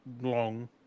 long